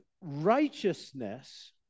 righteousness